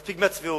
מספיק עם הצביעות.